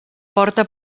porta